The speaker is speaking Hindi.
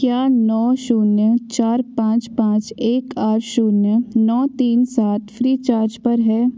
क्या नौ शून्य चार पाँच पाँच एक आठ शून्य नौ तीन सात फ़्रीचार्ज पर है